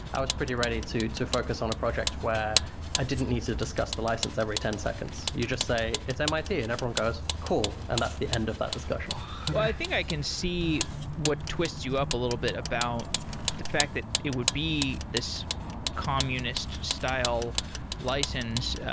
i was pretty ready to to focus on a project where i didn't need to discuss the license every ten seconds. you just say, it's mit, and everyone goes, cool, and that's the end of that discussion well, i think i can see what twists you up a little bit about the fact that it would be this communist style license,